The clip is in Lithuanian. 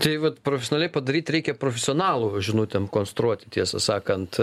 tai vat profesionaliai padaryt reikia profesionalų žinutėm konstruoti tiesą sakant